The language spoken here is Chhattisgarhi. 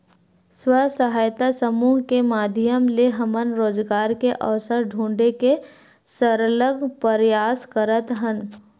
स्व सहायता समूह के माधियम ले हमन रोजगार के अवसर ढूंढे के सरलग परयास करत हन